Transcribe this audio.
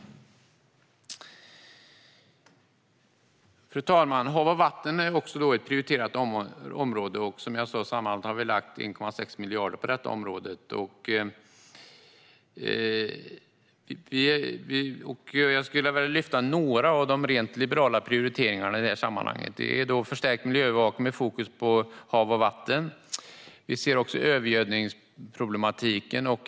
Fru talman! Hav och vatten är också ett prioriterat område, och sammantaget har vi lagt 1,6 miljarder på detta område. Låt mig lyfta fram några av Liberalernas prioriteringar i detta sammanhang. Vi vill ha förstärkt miljöövervakning med fokus på hav och vatten. Vi ser också övergödningsproblematiken.